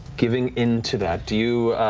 giving into that. do you